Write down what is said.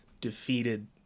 defeated